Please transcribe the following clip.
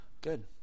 Good